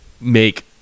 make